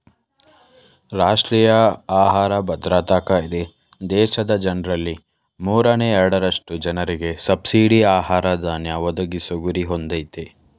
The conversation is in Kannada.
ರಾಷ್ಟ್ರೀಯ ಆಹಾರ ಭದ್ರತಾ ಕಾಯ್ದೆ ದೇಶದ ಜನ್ರಲ್ಲಿ ಮೂರನೇ ಎರಡರಷ್ಟು ಜನರಿಗೆ ಸಬ್ಸಿಡಿ ಆಹಾರ ಧಾನ್ಯ ಒದಗಿಸೊ ಗುರಿ ಹೊಂದಯ್ತೆ